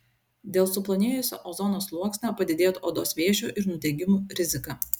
dėl suplonėjusio ozono sluoksnio padidėtų odos vėžio ir nudegimų rizika